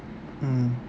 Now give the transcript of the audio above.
mm